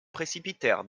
précipitèrent